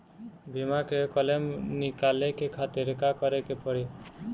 बीमा के क्लेम निकाले के खातिर का करे के पड़ी?